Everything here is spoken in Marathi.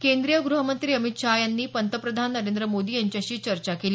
केंद्रीय गृहमंत्री अमित शहा यांनी पंतप्रधान नेंद्र मोदी यांच्याशी चर्चा केली